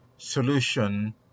solution